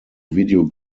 video